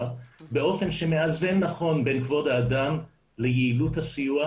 באופן שמאזן נכון בין כבוד האדם ליעילות הסיוע,